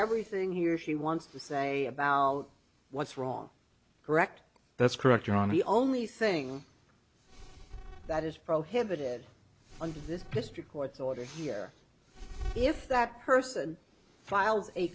everything he or she wants to say about what's wrong correct that's correct or on the only thing that is prohibited under this district court's order here if that person filed a